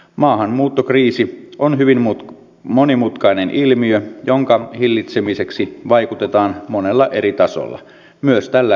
maahanmuuttokriisi on hyvin monimutkainen ilmiö jonka hillitsemiseksi vaikutetaan monella eri tasolla myös tällä suomen kehityspolitiikalla